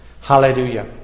Hallelujah